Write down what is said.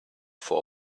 for